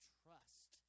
trust